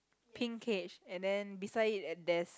pink cage and then beside it there's